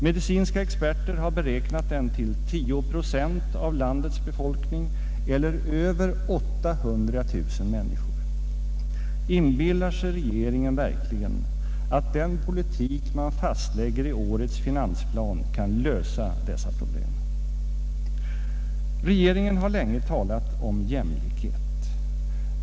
Medicinska experter har beräknat att denna grupp utgör 10 procent av landets befolkning eller över 800 000 människor. Inbillar sig regeringen verkligen att den politik man fastlägger i årets finansplan kan lösa dessa problem? Regeringen har länge talat om jämlikhet.